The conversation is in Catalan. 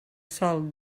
sòl